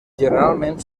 generalment